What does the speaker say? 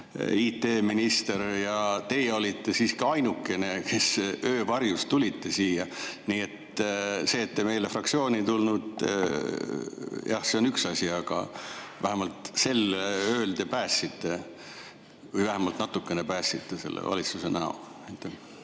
IT-minister – ja teie olite siiski ainukene, kes öö varjus siia tuli. Nii et see, et te meile fraktsiooni ei tulnud, jah, on üks asi, aga vähemalt sel ööl te päästsite või vähemalt natukene päästsite selle valitsuse näo.